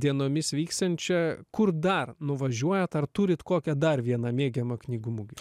dienomis vyksiančią kur dar nuvažiuojat ar turit kokią dar viena mėgiamą knygų mugė